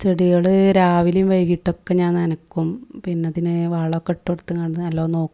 ചെടികള് രാവിലെയും വൈകീട്ടൊക്കെ ഞാൻ നനയ്ക്കും പിന്നതിനു വളമൊക്കെ ഇട്ട് കൊടുത്ത് നല്ലോണം നോക്കും